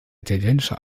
italienische